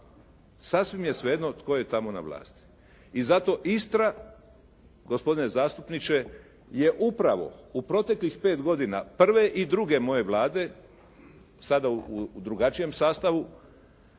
Sasvim je svejedno tko je tamo na vlasti. I zato Istra gospodine zastupniče je upravo u proteklih 5 godina prve i druge moje Vlade, sada u drugačijem sastavu,